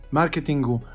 marketingu